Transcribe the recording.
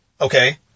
okay